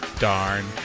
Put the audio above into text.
Darn